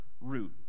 root